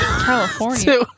California